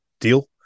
Deal